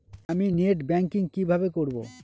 আমি net banking কিভাবে করব?